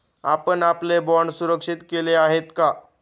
आपण आपले बाँड सुरक्षित केले आहेत का?